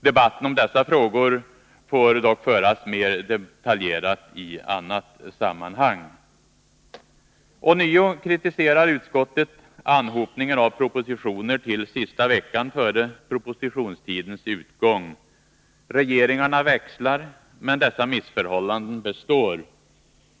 Debatten om dessa frågor får föras mer detaljerat i annat sammanhang. Ånyo kritiserar utskottet anhopningen av propositioner till sista veckan före propositionstidens utgång. Regeringarna växlar, men dessa missförhållanden består.